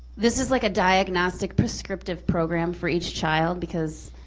this is like a diagnostic prescriptive program for each child because